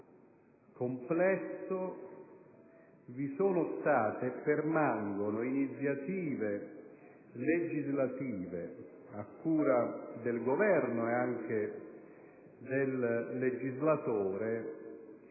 complesso vi sono state e permangono iniziative legislative del Governo e anche del legislatore che